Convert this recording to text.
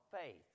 faith